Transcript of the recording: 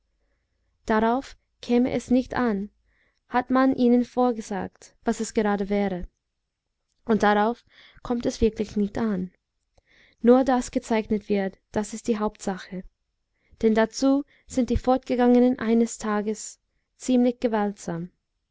darauf käme es nicht an hat man ihnen vorgesagt was es gerade wäre und darauf kommt es wirklich nicht an nur daß gezeichnet wird das ist die hauptsache denn dazu sind sie fortgegangen eines tages ziemlich gewaltsam